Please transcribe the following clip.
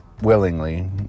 willingly